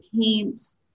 paints